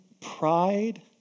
pride